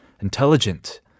intelligent